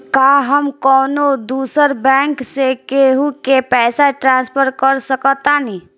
का हम कौनो दूसर बैंक से केहू के पैसा ट्रांसफर कर सकतानी?